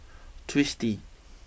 Twisstii